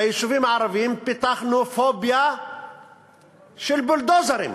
ביישובים הערביים, פיתחנו פוביה של בולדוזרים.